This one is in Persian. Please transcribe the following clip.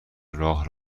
راه